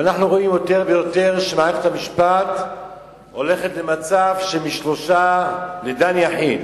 ואנחנו רואים יותר ויותר שמערכת המשפט הולכת למצב של משלושה לדן יחיד.